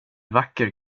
vacker